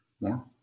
More